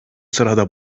sırada